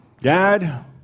Dad